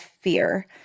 fear